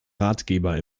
ratgeber